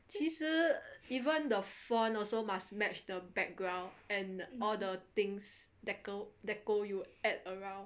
其实 even the font also must match the background and all the things deco~ decor you add around